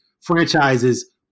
franchises